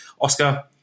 Oscar